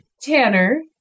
Tanner